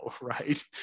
right